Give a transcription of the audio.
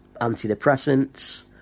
antidepressants